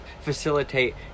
facilitate